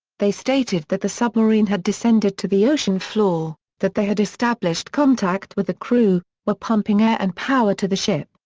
they stated that the submarine had descended to the ocean floor, that they had established contact with the crew, were pumping air and power to the ship,